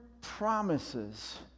promises